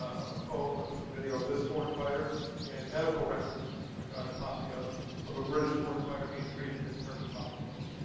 of a phone with some video of this foreign fighter and medical records i got a copy of of a british foreign fighter being treated in turkish hospitals.